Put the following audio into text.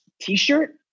t-shirt